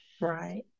Right